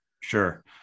Sure